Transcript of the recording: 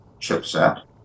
chipset